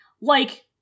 like-